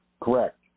Correct